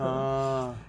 ah